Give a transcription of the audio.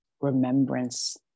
remembrance